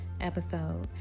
episode